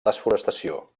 desforestació